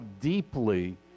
deeply